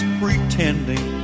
pretending